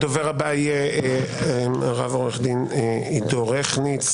הדובר הבא יהיה הרב עו"ד עדו רכניץ.